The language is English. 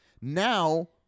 now